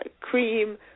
cream